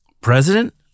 president